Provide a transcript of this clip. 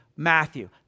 Matthew